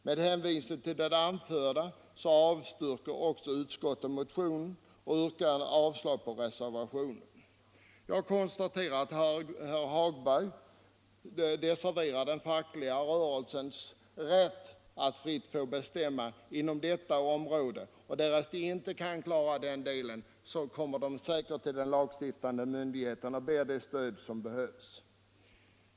Med hänvisning till det anförda avstyrker utskottet motionen och yrkar avslag på reservationen. Jag konstaterar att herr Hagberg desavouerar den fackliga rörelsens rätt att fritt få bestämma inom detta område, och därest den inte kan klara denna del så kommer man säkert till den lagstiftande myndigheten och ber om det stöd som behövs.